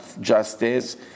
justice